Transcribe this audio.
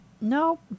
no